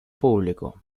público